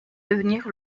devenir